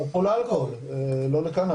הם הלכו לאלכוהול, לא לקנאביס.